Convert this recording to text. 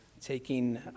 taking